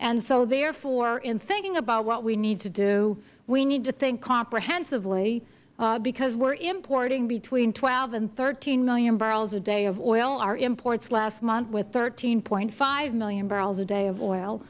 and so therefore in thinking about what we need to do we need to think comprehensively because we are importing between twelve and thirteen million barrels a day of oil our imports last month were thirteen point five million barrels a day of oil